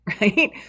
right